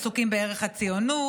עסוקים בערך הציונות,